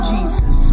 Jesus